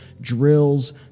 drills